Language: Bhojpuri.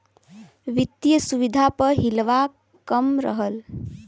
वित्तिय सुविधा प हिलवा कम रहल